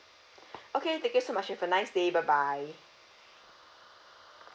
okay thank you so much you have a nice day bye bye